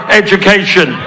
education